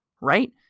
Right